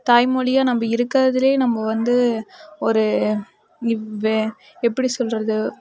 தாய்மொழியாக நம்ம் இருக்கிறதுலேயே நம்ம வந்து ஒரு வே எப்படி சொல்கிறது